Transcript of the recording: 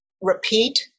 repeat